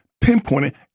pinpointed